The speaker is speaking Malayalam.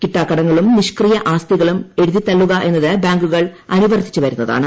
കിട്ടാക്കടങ്ങളും നിഷ്ക്രിയ ആസ്തികളും എഴുതിത്തള്ളുക എന്നത് ബാങ്കുകൾ അനുവർത്തിച്ചു വരുന്നതാണ്